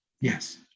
yes